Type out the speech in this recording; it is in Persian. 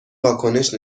واکنش